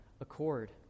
accord